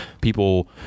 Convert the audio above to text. people